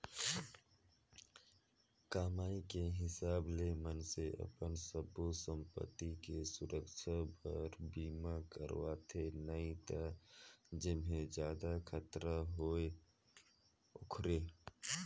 कमाई के हिसाब ले मइनसे अपन सब्बो संपति के सुरक्छा बर बीमा करवाथें नई त जेम्हे जादा खतरा होथे ओखरे